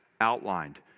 outlined